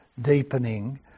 deepening